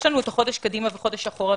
יש לנו את החודש קדימה וחודש אחורה.